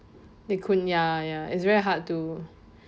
it could ya ya is very hard to